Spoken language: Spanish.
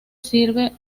sirve